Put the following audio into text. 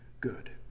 good